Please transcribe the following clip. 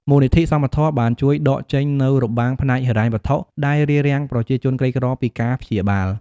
មូលនិធិសមធម៌បានជួយដកចេញនូវរបាំងផ្នែកហិរញ្ញវត្ថុដែលរារាំងប្រជាជនក្រីក្រពីការព្យាបាល។